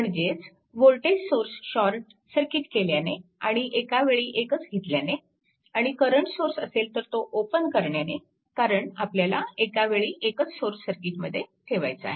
म्हणजेच voltage source short circuit केल्याने आणि एकावेळी एकच घेतल्याने आणि करंट सोर्स असेल तर तो ओपन करण्याने कारण आपल्याला एकावेळी एकच सोर्स सर्किटमध्ये ठेवायचा आहे